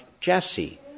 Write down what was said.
Jesse